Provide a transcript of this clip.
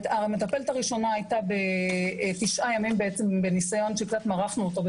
המטפלת הראשונה הייתה תשעה ימים בניסיון שקצת מרחנו אותו,